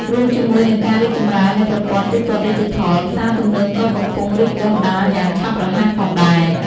រួមជាមួយនឹងការរីកចម្រើននៃប្រព័ន្ធទូទាត់ឌីជីថល ផ្សារទំនើបក៏កំពុងរីកដុះដាលយ៉ាងឆាប់រហ័សផងដែរ។